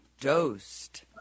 Dosed